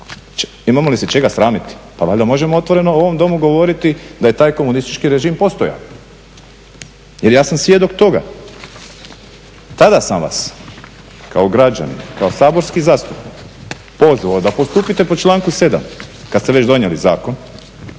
Imamo li se čega sramiti? Pa valjda možemo otvoreno u ovom Domu govoriti da je taj komunistički režim postojao jer ja sam svjedok toga. Tada sam vas kao građanin, kao saborski zastupnik pozvao da postupite po članku 7.kada ste donijeli zakon,